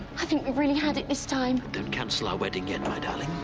i think we've really had it this time! don't cancel our wedding yet my darling,